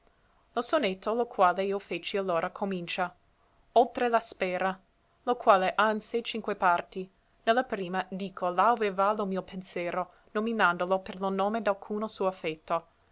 lo sonetto lo quale io feci allora comincia oltre la spera lo quale ha in sé cinque parti ne la prima dico là ove va lo mio pensero nominandolo per lo nome d'alcuno suo effetto